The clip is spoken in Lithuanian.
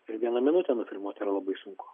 per vieną minutę nufilmuoti yra labai sunku